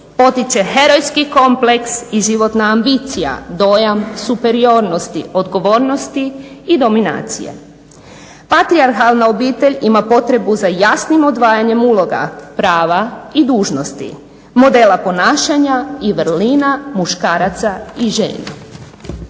potiče herojski kompleks i životna ambicija, dojam superiornosti, odgovornosti i dominacije. Patrijarhalna obitelj ima potrebu za jasnim odvajanjem uloga, prava i dužnosti, modela ponašanja i vrlina muškaraca i žena.